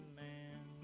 man